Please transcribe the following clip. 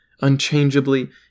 unchangeably